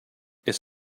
it’s